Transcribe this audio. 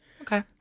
Okay